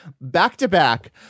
back-to-back